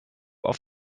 auf